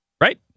Right